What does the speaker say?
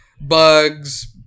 bugs